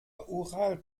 ural